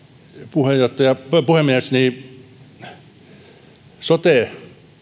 puhemies sote